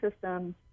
systems